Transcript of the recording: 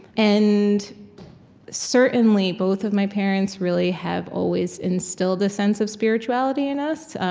and certainly, both of my parents really have always instilled a sense of spirituality in us.